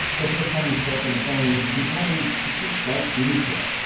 the first time we spoke on the phone she told me she's just well suited for it.